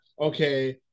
okay